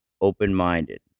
Open-minded